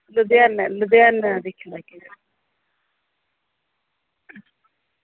लुधियाना लुधियाना दिक्खी लैगे